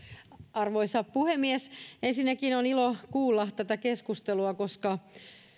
arvoisa puhemies ensinnäkin on ilo kuulla tätä keskustelua koska